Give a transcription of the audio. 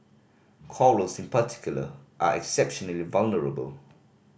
corals in particular are exceptionally vulnerable